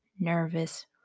nervous